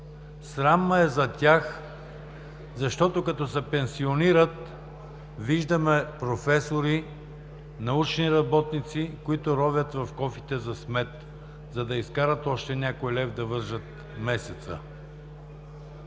Срам ме е за тях, защото, като се пенсионират, виждаме професори, научни работници, които ровят в кофите за смет, за да изкарат още някой лев да вържат месеца.